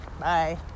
Bye